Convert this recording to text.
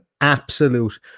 absolute